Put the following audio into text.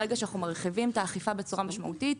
ברגע שאנחנו מרחיבים את האכיפה בצורה משמעותית,